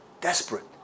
desperate